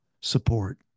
support